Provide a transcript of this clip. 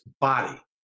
body